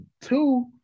two